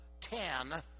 ten